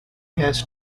has